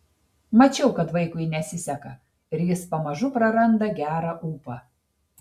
mačiau kad vaikui nesiseka ir jis pamažu praranda gerą ūpą